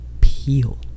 Peel